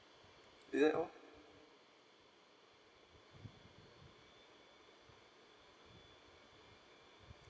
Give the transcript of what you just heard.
is it all